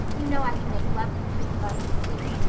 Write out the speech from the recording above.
you know i can make lovely cream-of-onion soup.